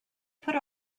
put